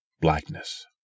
Blackness